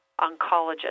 oncologist